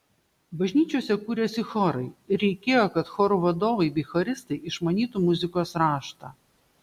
bažnyčiose kūrėsi chorai ir reikėjo kad chorų vadovai bei choristai išmanytų muzikos raštą